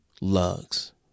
lugs